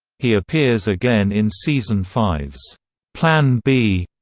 he appears again in season five s plan b,